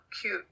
cute